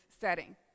setting